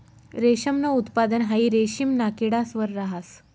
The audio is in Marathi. रेशमनं उत्पादन हाई रेशिमना किडास वर रहास